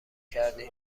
کردی